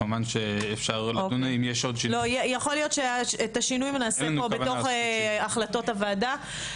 כמובן אפשר- -- יכול להיות שאת השינויים נעשה פה בהחלטות הוועדה.